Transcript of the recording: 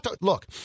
Look